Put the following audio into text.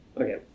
Okay